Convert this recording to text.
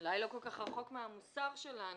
אולי לא כל כך רחוק מהמוסר שלנו,